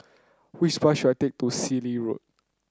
which bus should I take to Cecil Road